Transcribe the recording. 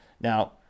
Now